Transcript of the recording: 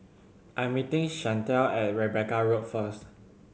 I'm meeting Chantel at Rebecca Road first